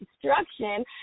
Construction